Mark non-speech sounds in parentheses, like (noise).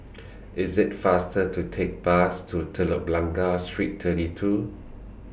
(noise) It's faster to Take The Bus to Telok Blangah Street thirty two